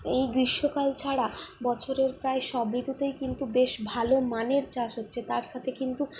এই গ্রীষ্মকাল ছাড়া বছরের প্রায় সব ঋতুতেই কিন্তু বেশ ভালো মানের চাষ হচ্ছে তার সাথে কিন্তু